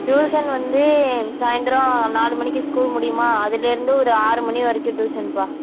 tuition வந்து சாயந்திரம் நாலு மணிக்கு ஸ்கூல் முடியுமா அதுலேருந்து ஒரு ஆறுமணி வரைக்கும் டியூஷன்பா